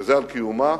וזה קיומה,